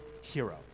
hero